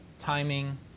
timing